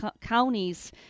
counties